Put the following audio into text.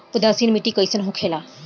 उदासीन मिट्टी कईसन होखेला?